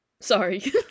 Sorry